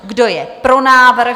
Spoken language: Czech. Kdo je pro návrh?